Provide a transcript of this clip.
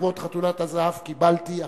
לכבוד חתונת הזהב קיבלתי החלטה: